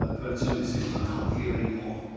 ah heard so many singers, i can! hear any more.